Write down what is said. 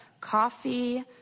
Coffee